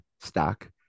stock